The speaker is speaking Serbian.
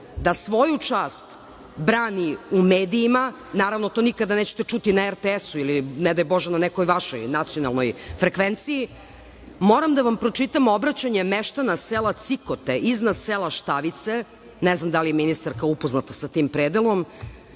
da svoju čast brani u medijima. Naravno, to nikada nećete čuti na RTS-u ili, ne daj Bože, na nekoj vašoj nacionalnoj frekvenciji. Moram da vam pročitam obraćanje meštane sela Cikote iznad sela Štavice, ne znam da li je ministarka upoznata sa tim predelom,